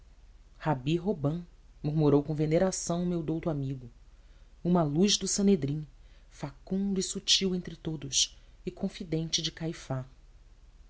rabi robã murmurou com veneração o meu douto amigo uma luz do sanedrim facundo e sutil entre todos e confidente de caifás